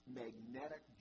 magnetic